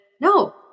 no